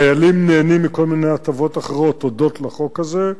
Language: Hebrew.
חיילים נהנים מכל מיני הטבות אחרות תודות לחוק הזה.